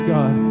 God